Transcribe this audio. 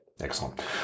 excellent